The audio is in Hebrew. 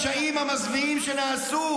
אנחנו יצאנו נגד הפשעים המזוויעים שנעשו,